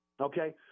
Okay